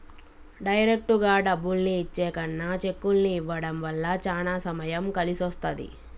డైరెక్టుగా డబ్బుల్ని ఇచ్చే కన్నా చెక్కుల్ని ఇవ్వడం వల్ల చానా సమయం కలిసొస్తది